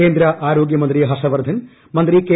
കേന്ദ്ര ആരോഗ്യ മന്ത്രി ഹർഷവർധൻ മന്ത്രി കെ